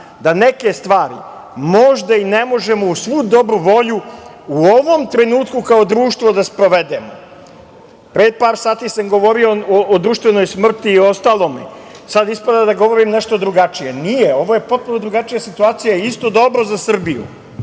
da neke stvari možda i ne možemo uz svu dobru volju u ovom trenutku kao društvo da sprovedemo. Pre par sati sam govorio o društvenoj smrti i ostalom. Sada ispada da govorim nešto drugačije. Nije, ovo je potpuno drugačija situacija. Isto dobro za Srbiju.